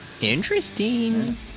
Interesting